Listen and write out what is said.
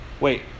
Wait